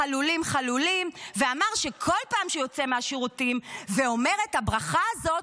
"חלולים חלולים" ואמר שכל פעם שהוא יוצא מהשירותים ואומר את הברכה הזאת,